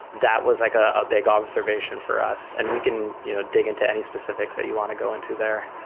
that was like a big observation for us and we can you know dig into any specifics that you want to go into there